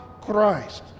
Christ